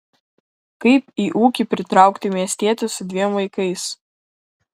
kaip į ūkį pritraukti miestietį su dviem vaikais